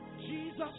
Jesus